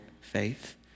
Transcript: faith